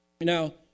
Now